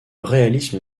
réalisme